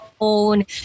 own